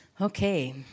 Okay